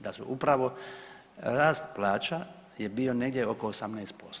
Da su upravo rast plaća je bio negdje oko 18%